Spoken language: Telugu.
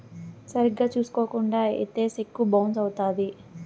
సరిగ్గా చూసుకోకుండా ఇత్తే సెక్కు బౌన్స్ అవుత్తది